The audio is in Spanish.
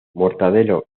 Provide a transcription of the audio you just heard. mortadelo